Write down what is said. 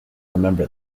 remember